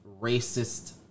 racist